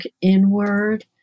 inward